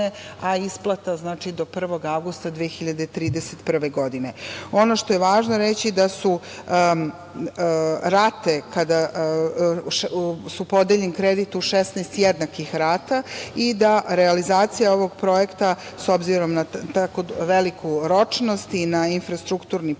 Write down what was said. a isplata znači do 1. avgusta 2031. godine. Ono što je važno reći da su rate, kada je podeljen kredit u 16 jednakih rata, i da realizacija ovog projekta, s obzirom na tako veliku ročnost i na infrastrukturni projekat,